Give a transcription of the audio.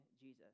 Jesus